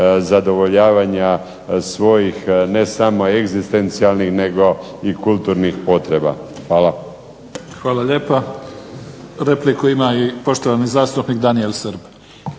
zadovoljavanja svojih ne samo egzistencijalnih, nego i kulturnih potreba. Hvala. **Mimica, Neven (SDP)** Hvala lijepa. Repliku ima i poštovani zastupnik Daniel Srb.